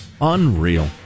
Unreal